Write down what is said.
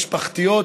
משפחתיות,